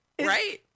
right